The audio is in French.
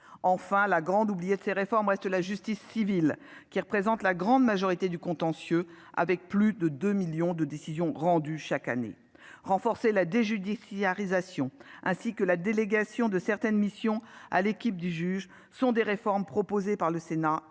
Enfin, la grande oubliée de ces réformes reste la justice civile, qui représente pourtant la grande majorité du contentieux, avec plus de 2 millions de décisions rendues chaque année. Il conviendrait de renforcer la déjudiciarisation, ainsi que la délégation de certaines missions à l'équipe du juge. Ces réformes, proposées par le Sénat,